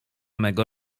mego